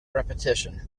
repetition